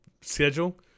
schedule